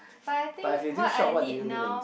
but I think what I need now